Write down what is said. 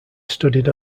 studied